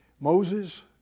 Moses